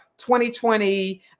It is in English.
2020